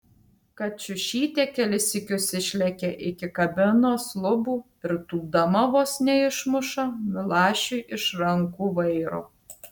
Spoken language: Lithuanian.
kačiušytė kelis sykius išlekia iki kabinos lubų ir tūpdama vos neišmuša milašiui iš rankų vairo